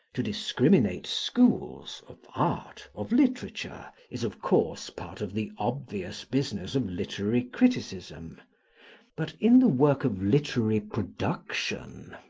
to discriminate schools, of art, of literature, is, of course, part of the obvious business of literary criticism but, in the work of literary production,